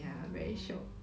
orh